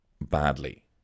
badly